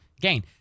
gain